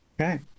Okay